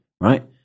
right